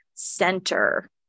Center